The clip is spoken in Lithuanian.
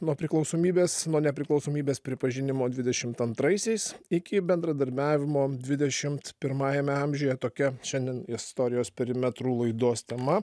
nuo priklausomybės nuo nepriklausomybės pripažinimo dvidešimt antraisiais iki bendradarbiavimo dvidešimt pirmajame amžiuje tokia šiandien istorijos perimetrų laidos tema